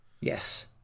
Yes